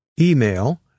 email